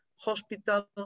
hospital